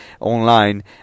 online